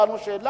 השאלה,